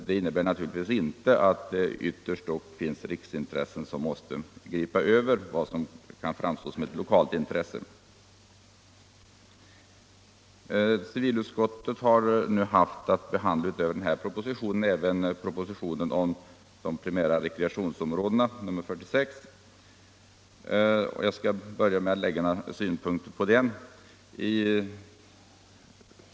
Det innebär naturligtvis inte att det inte kan finnas riksintressen som måste gripa över ett lokalt intresse. Civilutskottet har utöver proposition 1975/76:1 även behandlat propositionen 46 om de primära rekreationsområdena.